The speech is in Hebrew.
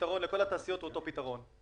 הפתרון לכל התעשיות הוא אותו פתרון.